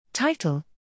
Title